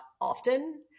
often